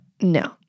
No